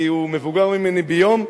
כי הוא מבוגר ממני ביום,